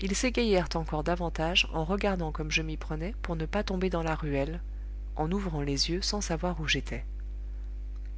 ils s'égayèrent encore davantage en regardant comme je m'y prenais pour ne pas tomber dans la ruelle en ouvrant les yeux sans savoir où j'étais